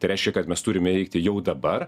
tai reiškia kad mes turime veikti jau dabar